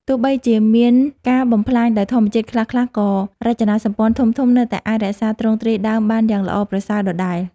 ទោះបីជាមានការបំផ្លាញដោយធម្មជាតិខ្លះៗ ក៏រចនាសម្ព័ន្ធធំៗនៅតែអាចរក្សាទ្រង់ទ្រាយដើមបានយ៉ាងល្អប្រសើរដដែល។